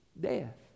death